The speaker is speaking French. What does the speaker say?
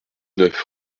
neuf